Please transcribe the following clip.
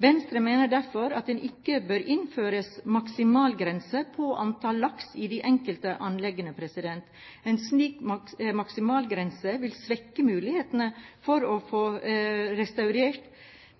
Venstre mener derfor at det ikke bør innføres maksimalgrense på antall laks i de enkelte anleggene. En slik maksimalgrense vil svekke mulighetene for å få